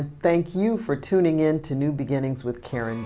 to thank you for tuning in to new beginnings with karen